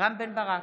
רם בן ברק,